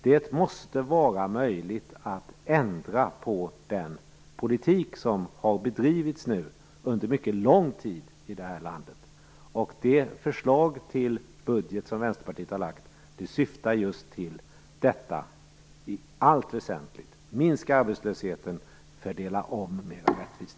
Det måste vara möjligt att ändra på den politik som nu har bedrivits under mycket lång tid i det här landet. Det förslag till budget som Vänsterpartiet har lagt fram syftar i allt väsentligt just till det; minska arbetslösheten, fördela om mer rättvist!